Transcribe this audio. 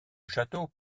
château